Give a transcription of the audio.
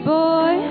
boy